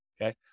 Okay